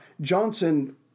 Johnson